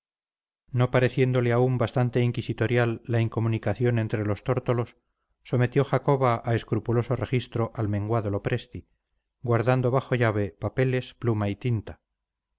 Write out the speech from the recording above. no pareciéndole aún bastante inquisitorial la incomunicación entre los tórtolos sometió jacoba a escrupuloso registro al menguado lopresti guardando bajo llave papeles pluma y tinta